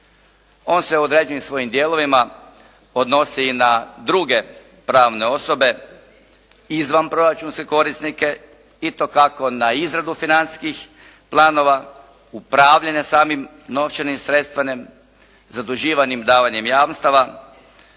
On se određuje u svojim dijelovima odnosi i na druge pravne osobe izvan proračunske korisnike i to kako na izradu financijskih planova, upravljanja samim novčanim sredstvima, zaduživanjem davanjem jamstava,